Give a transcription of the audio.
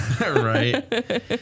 Right